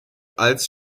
als